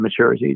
maturities